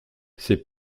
ses